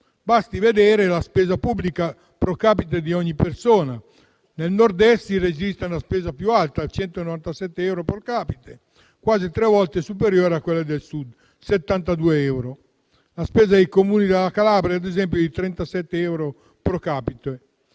Basti vedere la spesa pubblica *pro capite*: nel Nord-Est si registra una spesa più alta, 197 euro *pro capite*, quasi tre volte superiore a quella del Sud, che è di 72 euro. La spesa dei Comuni della Calabria, ad esempio, è di 37 euro *pro capite*